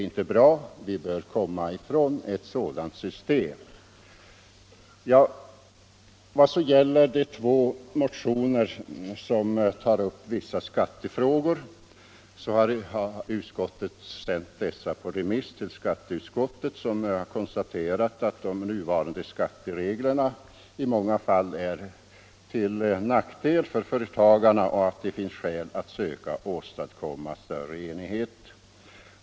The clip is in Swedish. Vi bör göra oss av med ett sådant system. I två motioner tas vissa skattefrågor upp. Utskottet har sänt motionerna på remiss till skatteutskottet, som har konstaterat att de nuvarande skattereglerna i många fall är till nackdel för företagare och att det finns skäl att söka åstadkomma större enhetlighet.